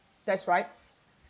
that's right